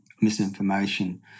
misinformation